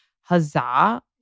huzzah